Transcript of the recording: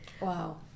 wow